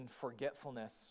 forgetfulness